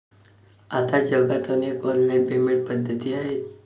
आता जगात अनेक ऑनलाइन पेमेंट पद्धती आहेत